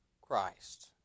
Christ